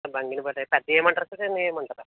బంగిని పల్లి అయితే పెద్దవి వేయమంటారా సార్ చిన్నవి వేయమంటారా